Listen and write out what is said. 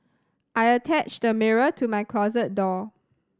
I attached the mirror to my closet door